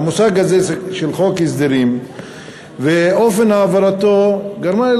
המושג הזה של חוק הסדרים ואופן העברתו גרמו לי